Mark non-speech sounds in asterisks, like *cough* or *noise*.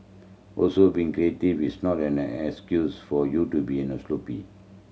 also being creative is not an excuse for you to be *unintelligible* sloppy